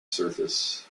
surface